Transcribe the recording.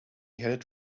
headed